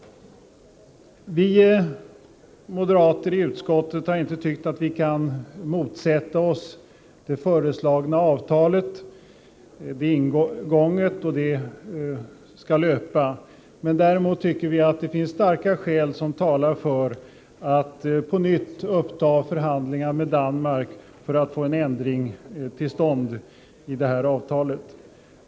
Vi moderater i utrikesutskottet har inte tyckt att vi kan motsätta oss det föreslagna avtalet. Det är ingånget och det skall löpa. Däremot tycker vi att det finns starka skäl som talar för att på nytt uppta förhandlingar med Danmark för att få en ändring till stånd i detta avtal.